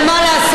אבל מה לעשות,